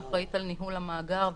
שאחראית על ניהול המאגר,